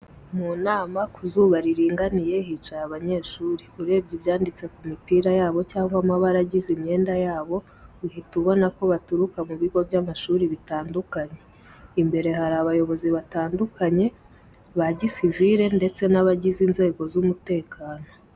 Mu nama, ku zuba riringaniye hicaye abanyeshuri, urebye ibyanditse ku mipira yabo cyangwa amabara agize imyenda yabo uhita ubona ko baturuka mu bigo by'amashuri bitandukanye. Imbere hari abayobozi batandukanye ba gisivire ndetse n'abagize inzego z'umutekano.